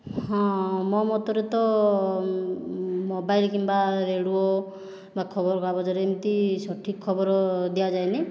ହଁ ମୋ ମତରେ ତ ମୋବାଇଲ କିମ୍ବା ରେଡ଼ିଓ ବା ଖବରକାଗଜରେ ଏମିତି ସଠିକ ଖବର ଦିଆଯାଏନି